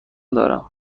دارم